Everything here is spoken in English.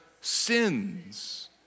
sins